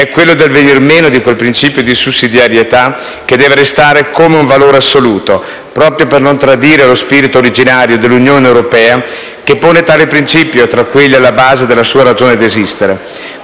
è quello del venir meno di quel principio di sussidiarietà che deve restare come un valore assoluto, proprio per non tradire lo spirito originario dell'Unione europea, che pone tale principio tra quelli alla base della sua ragione di esistere.